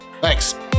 Thanks